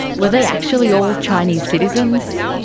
were they actually all chinese citizens?